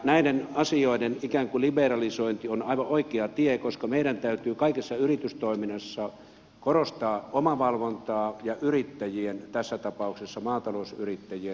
näiden asioiden ikään kuin liberalisointi on aivan oikea tie koska meidän täytyy kaikessa yritystoiminnassa korostaa omavalvontaa ja yrittäjien tässä tapauksessa maatalousyrittäjien vastuuta